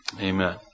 Amen